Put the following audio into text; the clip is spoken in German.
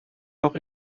noch